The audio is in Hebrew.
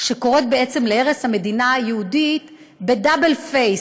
שקוראת בעצם להרס המדינה היהודית ב-double face: